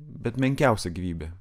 bent menkiausia gyvybė